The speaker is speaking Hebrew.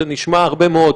זה נשמע הרבה מאוד,